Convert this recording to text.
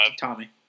Tommy